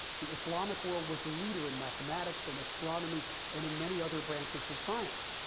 the islamic world was the leader in mathematics and astronomy and in many other branches of science.